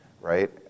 right